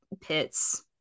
pits